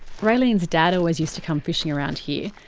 raylene's dad always used to come fishing around here.